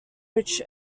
which